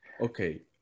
okay